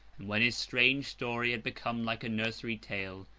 and when his strange story had become like a nursery tale,